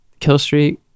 Killstreak